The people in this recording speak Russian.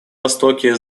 востоке